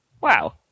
wow